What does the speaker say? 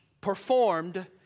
performed